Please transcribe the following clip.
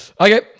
Okay